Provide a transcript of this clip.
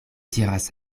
diras